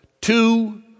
two